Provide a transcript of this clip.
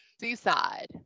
Seaside